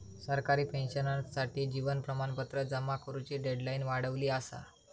सरकारी पेंशनर्ससाठी जीवन प्रमाणपत्र जमा करुची डेडलाईन वाढवली असा